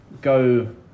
go